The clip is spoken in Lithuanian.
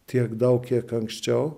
tiek daug kiek anksčiau